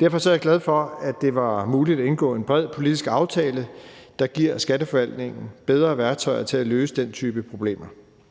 Derfor er jeg glad for, at det var muligt at indgå en bred politisk aftale, der giver Skatteforvaltningen bedre værktøjer til at løse den type problemer.